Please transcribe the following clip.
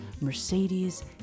Mercedes